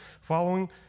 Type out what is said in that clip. following